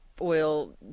oil